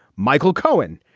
michael cohen,